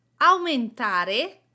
aumentare